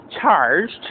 charged